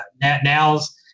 Now's